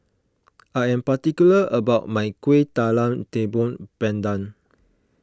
I am particular about my Kueh Talam Tepong Pandan